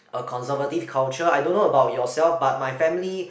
a conservative culture I don't know about yourself but my family